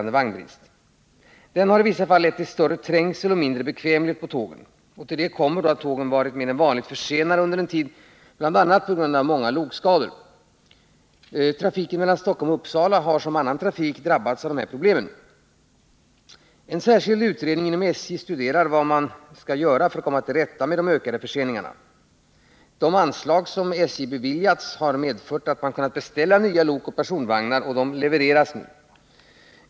Denna har i vissa fall lett till större trängsel och mindre bekvämlighet på tågen. Därtill kommer att tågen varit mer än vanligt försenade under en tid — bl.a. till följd av många lokskador. Trafiken mellan Stockholm och Uppsala liksom annan trafik har drabbats av dessa problem. som nu levereras.